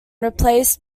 replaced